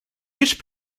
each